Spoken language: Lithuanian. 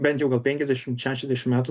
bent jau gal penkiasdešim šešiasdešim metų